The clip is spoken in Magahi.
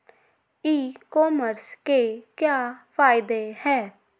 ई कॉमर्स के क्या फायदे हैं?